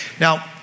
Now